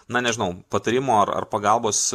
na nežinau patarimo ar ar pagalbos